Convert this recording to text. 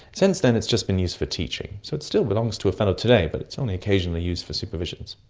since then it's just been used for teaching. so it still belongs to a fellow today, but it's only occasionally used for supervisions.